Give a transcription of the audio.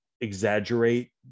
exaggerate